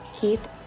Keith